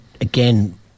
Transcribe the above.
again